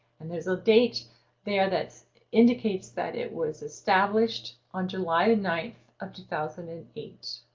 and there's a date there that indicates that it was established on july ninth of two thousand and eight.